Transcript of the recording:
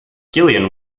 gillian